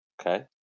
Okay